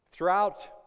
Throughout